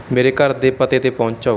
ਮੇਰੇ ਘਰ ਦੇ ਪਤੇ 'ਤੇ ਪਹੁੰਚਾਓ